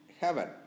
heaven